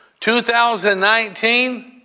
2019